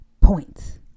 points